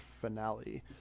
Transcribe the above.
finale